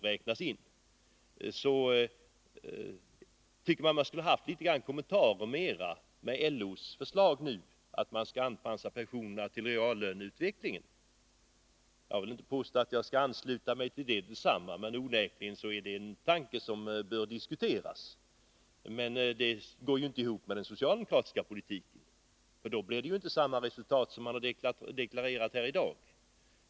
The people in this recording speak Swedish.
Man skulle ha velat ha litet mer kommentarer till LO-förslaget om att pensionerna skall anpassas till reallöneutvecklingen. Jag vill inte direkt ansluta mig till det, men onekligen är det ett förslag som bör diskuteras. Förslaget går emellertid inte ihop med den socialdemokratiska politiken — det ger inte samma resultat som man har talat om här i dag.